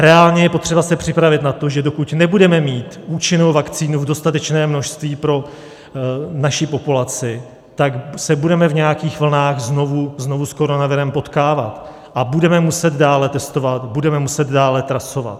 Reálně je potřeba se připravit na to, že dokud nebudeme mít účinnou vakcínu v dostatečném množství pro naši populaci, tak se budeme v nějakých vlnách znovu s koronavirem potkávat a budeme muset dále testovat, budeme muset dále trasovat.